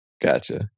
Gotcha